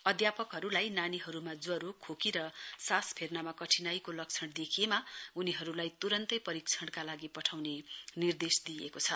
अध्यापकहरूलाई नानीहरूमा ज्वरो खोकी र सास फेर्नमा कठिनाईको लक्षण देखिएमा उनीहरूलाई तुरून्तै परीक्षणका लागि पठाउन निर्देश दिइएको छ